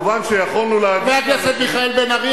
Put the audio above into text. חבר הכנסת מיכאל בן-ארי,